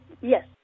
yes